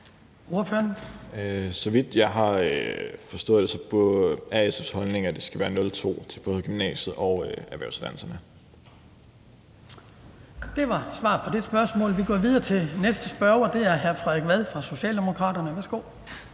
Så vidt jeg har forstået, er SF's holdning, at det skal være 02 til både gymnasiet og erhvervsuddannelserne. Kl. 11:43 Den fg. formand (Hans Kristian Skibby): Det var svar på det spørgsmål. Vi går videre til næste spørger, og det er hr. Frederik Vad fra Socialdemokratiet. Værsgo.